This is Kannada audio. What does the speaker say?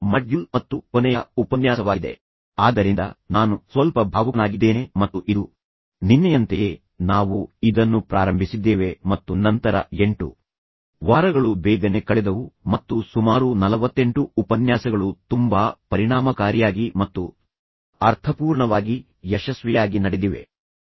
ಆದ್ದರಿಂದ ನಾನು ಕೊನೆಯ ಉಪನ್ಯಾಸವನ್ನು ಹೇಳುವ ಕ್ಷಣದಲ್ಲಿ ನಾನು ಸ್ವಲ್ಪ ಭಾವುಕನಾಗಿದ್ದೇನೆ ಮತ್ತು ಇದು ನಿನ್ನೆಯಂತೆಯೇ ನಾವು ಇದನ್ನು ಪ್ರಾರಂಭಿಸಿದ್ದೇವೆ ಮತ್ತು ನಂತರ 8 ವಾರಗಳು ಬೇಗನೆ ಕಳೆದವು ಮತ್ತು ನಂತರ ಸುಮಾರು 48 ಉಪನ್ಯಾಸಗಳು ತುಂಬಾ ಪರಿಣಾಮಕಾರಿಯಾಗಿ ಮತ್ತು ಅರ್ಥಪೂರ್ಣವಾಗಿ ಯಶಸ್ವಿಯಾಗಿ ನಡೆದಿವೆ ಎಂಬ ಸತ್ಯವನ್ನು ಅರಿತುಕೊಂಡೆ